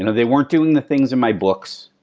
and they weren't doing the things in my books.